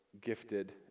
gifted